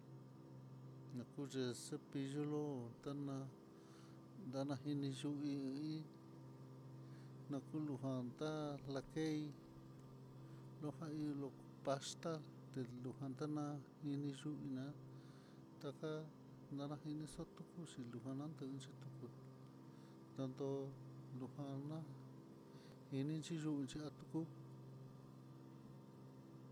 Nakuc epillo tenaá ndana jini yu'í, nakulujan tá lakei lujan ilo pasta lujan tá, iniyuná ta nanajini xotó yuxhi lunajan x ku tandó lujana, hini xhiyunxhia tuku.